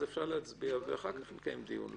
אז אפשר להצביע ואחר כך לקיים דיון,